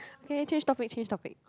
okay change topic change topic